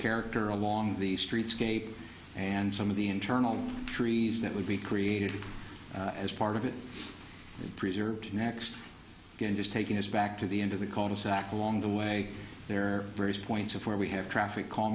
character along the street scape and some of the internal trees that would be created as part of it preserved next game just taking us back to the end of the call to sack along the way there various points of where we have traffic cal